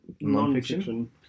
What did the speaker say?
non-fiction